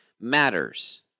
Matters